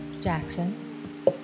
Jackson